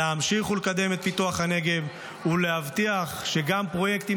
להמשיך ולקדם את פיתוח הנגב ולהבטיח שגם פרויקטים